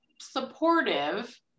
supportive